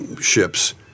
ships